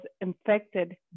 infected